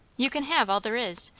you can have all there is.